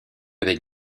avec